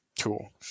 cool